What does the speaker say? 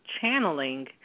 channeling